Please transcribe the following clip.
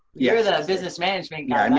you're the business management guy.